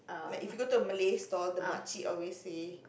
like if you go to a Malay store the makcik always say